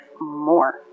more